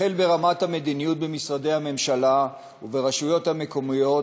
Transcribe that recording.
החל ברמת המדיניות במשרדי הממשלה וברשויות המקומיות